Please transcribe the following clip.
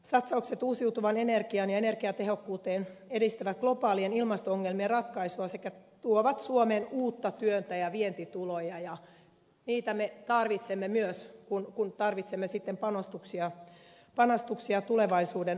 satsaukset uusiutuvaan energiaan ja energiatehokkuuteen edistävät globaalien ilmasto ongelmien ratkaisua sekä tuovat suomeen uutta työtä ja vientituloja ja niitä me tarvitsemme myös kun tarvitsemme sitten panostuksia tulevaisuuden ratkaisuihin